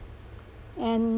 and